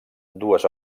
dues